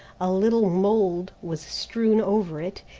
a little mould was strewn over it,